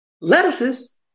lettuces